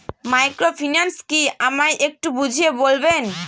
Microfinance কি আমায় একটু বুঝিয়ে বলবেন?